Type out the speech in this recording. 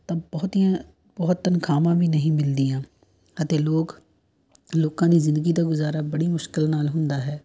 ਤਾਂ ਬਹੁਤੀਆਂ ਬਹੁਤ ਤਨਖਾਹਾਂ ਵੀ ਨਹੀਂ ਮਿਲਦੀਆਂ ਅਤੇ ਲੋਕ ਲੋਕਾਂ ਦੀ ਜ਼ਿੰਦਗੀ ਦਾ ਗੁਜ਼ਾਰਾ ਬੜੀ ਮੁਸ਼ਕਿਲ ਨਾਲ ਹੁੰਦਾ ਹੈ